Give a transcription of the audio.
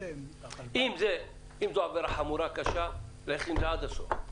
אם זו עבירה חמורה וקשה, לך עם זה עד הסוף.